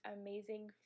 amazing